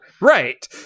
Right